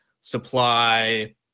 supply